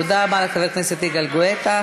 תודה רבה לחבר הכנסת יגאל גואטה.